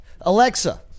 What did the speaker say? Alexa